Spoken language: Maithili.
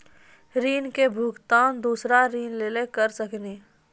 ऋण के भुगतान दूसरा ऋण लेके करऽ सकनी?